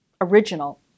original